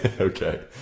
Okay